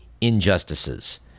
injustices